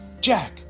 jack